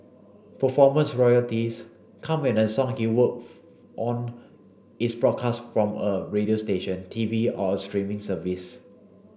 performance royalties come and a song he worked on is broadcast from a radio station T V or a streaming service